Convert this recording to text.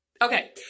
Okay